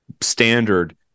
standard